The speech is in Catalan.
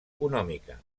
econòmica